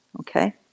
Okay